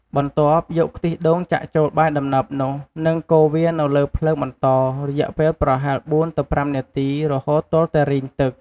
បន្ទាប់យកខ្ទិះដូងចាក់ចូលបាយដំណើបនោះ និងកូរវានៅលើភ្លើងបន្ត រយះពេលប្រហែល៤ ទៅ៥នាទីរហូតទាល់តែរីងទឹក។